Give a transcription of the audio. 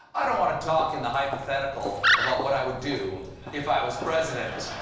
i don't want to talk in the hypothetical about what i would do if i was president.